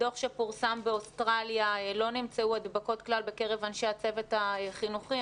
בדוח שפורסם באוסטרליה לא נמצאו הדבקות כלל בקרב אנשי הצוות החינוכי.